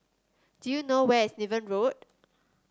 do you know where is Niven Road